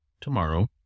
tomorrow